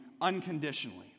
unconditionally